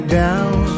down